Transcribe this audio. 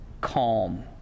calm